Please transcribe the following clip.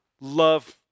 Love